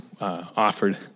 offered